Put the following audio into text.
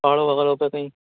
پہاڑوں وغیرہ پے کہیں